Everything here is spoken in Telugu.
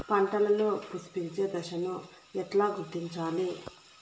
పంటలలో పుష్పించే దశను ఎట్లా గుర్తించాలి?